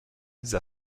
dieser